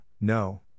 No